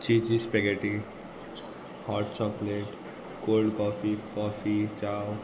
cheeses पॅकेटी hot chocolate cold coffee coffee चाव